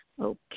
Okay